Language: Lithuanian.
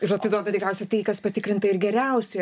ir atiduoda tikriausiai tai kas patikrinta ir geriausia